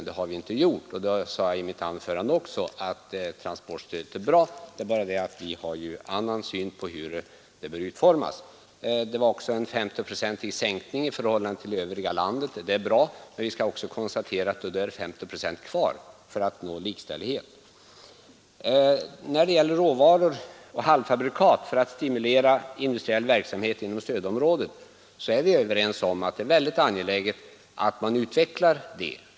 Det har vi inte gjort, och jag sade även i mitt anförande att transportstödet är bra. Det är bara det att vi har en annan syn på hur det bör utformas. Transportstödet innebär för ifrågavarande områden en 5S0-procentig sänkning i förhållande till landet i övrigt. Det är bra. Men vi skall också konstatera att det då återstår 50 procent för att likställighet skall nås. När det gäller frågan om råvaror och halvfabrikat för att stimulera den industriella verksamheten inom stödområdet är vi överens om att det är mycket angeläget att man utvecklar den sektorn.